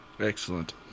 Excellent